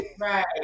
right